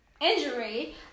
injury